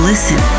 Listen